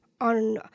on